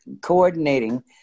coordinating